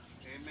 Amen